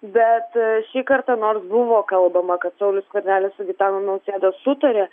bet šį kartą nors buvo kalbama kad saulius skvernelis su gitanu nausėda sutarė